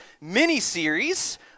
mini-series